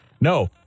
No